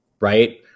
Right